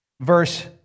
verse